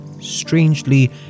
strangely